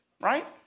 right